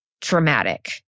traumatic